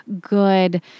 good